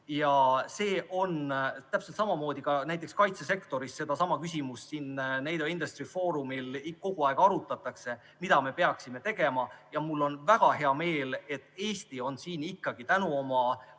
aladel. Täpselt samamoodi on ka näiteks kaitsesektoris, sedasama küsimust siin NATO‑Industry Forumil kogu aeg arutatakse, et mida me peaksime tegema. Mul on väga hea meel, et Eesti on siin ikkagi tänu oma